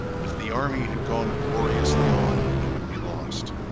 if the army had gone gloriously on he would be lost.